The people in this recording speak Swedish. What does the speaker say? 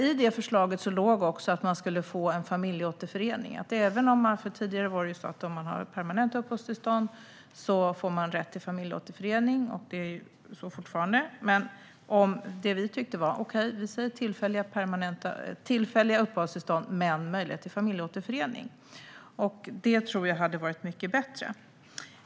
I det förslaget låg också familjeåterförening. Tidigare var det så att om man hade permanent uppehållstillstånd fick man rätt till familjeåterförening, och så är det fortfarande. Vi sa okej till tillfälliga uppehållstillstånd men ville ha möjlighet till familjeåterförening. Det tror jag hade varit mycket bättre.